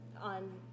on